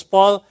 Paul